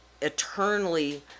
eternally